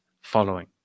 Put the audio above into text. following